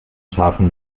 scharfen